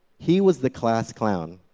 he was the class clown.